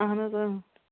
اَہَن حظ